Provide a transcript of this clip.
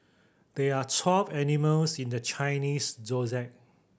there are twelve animals in the Chinese Zodiac